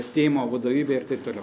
seimo vadovybe ir taip toliau